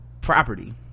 property